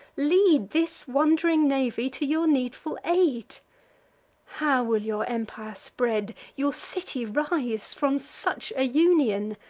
lead this wand'ring navy to your needful aid how will your empire spread, your city rise, from such a union,